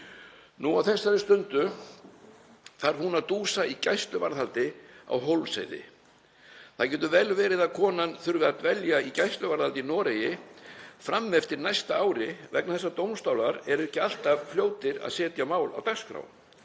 Nú á þessari stundu þarf hún að dúsa í gæsluvarðhaldi á Hólmsheiði. Það getur vel verið að konan þurfi að dvelja í gæsluvarðhaldi í Noregi fram eftir næsta ári vegna þess að dómstólar eru ekki alltaf fljótir að setja mál á dagskrá.